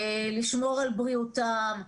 לשמור על בריאותם.